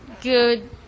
good